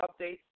updates